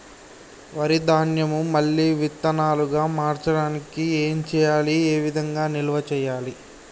వరి ధాన్యము మళ్ళీ విత్తనాలు గా మార్చడానికి ఏం చేయాలి ఏ విధంగా నిల్వ చేయాలి?